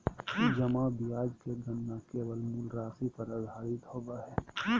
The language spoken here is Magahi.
जमा ब्याज के गणना केवल मूल राशि पर आधारित होबो हइ